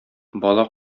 бала